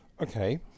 okay